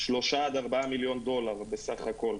שלושה עד ארבעה מיליון דולר בסך הכל,